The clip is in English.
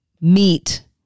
meet